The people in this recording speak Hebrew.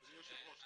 אדוני היושב ראש,